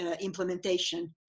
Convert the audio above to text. implementation